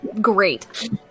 great